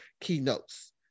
keynotes